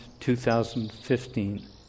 2015